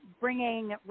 bringing